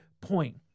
point